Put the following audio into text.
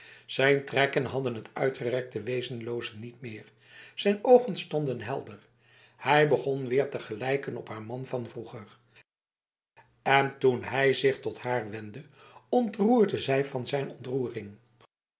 zijn trekken hadden het uitgerekte wezenloze niet meer zijn ogen stonden helder hij begon weer te gelijken op haar man van vroeger en toen hij zich tot haar wendde ontroerde zij van zijn ontroering